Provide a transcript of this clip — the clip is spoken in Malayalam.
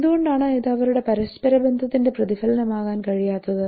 എന്തുകൊണ്ടാണ് ഇത് അവരുടെ പരസ്പര ബന്ധത്തിന്റെ പ്രതിഫലനമാകാൻ കഴിയാത്തത്